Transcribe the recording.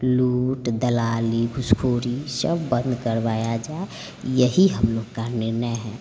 लूट दलाली घूसखोरी सब बंद करवाया जाए यही हम लोग का निर्णय है